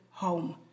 home